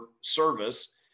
service